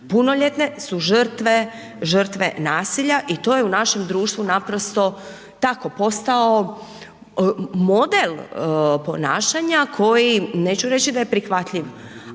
punoljetne su žrtve nasilja i to je u našem društvu naprosto tako postao model ponašanja koji neću reći da je prihvatljiv,